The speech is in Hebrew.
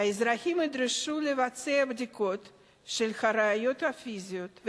האזרחים ידרשו לבצע בדיקות של הראיות הפיזיות,